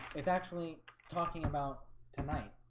it's actually talking about tonight